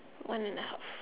one and a half